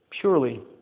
purely